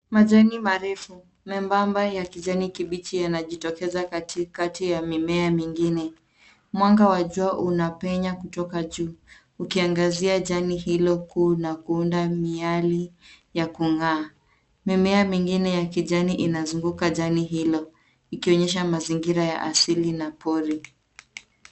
Majani marefu membamba ya kijani kibichi yanajitokeza katikati ya mimea mingine. Mwanga wa jua unapenya kutoka juu. Ukiangazia jani hilo kuu na kuunda miali ya kung'aa. Mimea mingine ya kijani inazunguka jani hilo ikionyesha mazingira ya asili na poli.